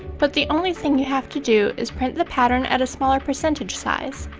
but the only thing you have to do is print the pattern at a smaller percentage size.